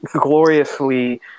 gloriously